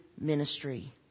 ministry